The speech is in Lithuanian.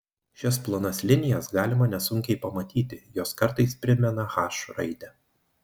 šias plonas linijas galima nesunkiai pamatyti jos kartais primena h raidę